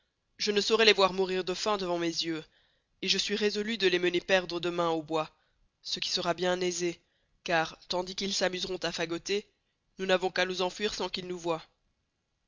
je ne sçaurois les voir mourir de faim devant mes yeux et je suis resolu de les mener perdre demain au bois ce qui sera bien aisé car tandis qu'ils s'amuseront à fagoter nous n'avons qu'à nous enfuir sans qu'ils nous voyent